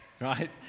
right